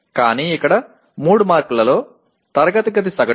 కానీ ఇక్కడ 3 మార్కులలో తరగతి సగటు 2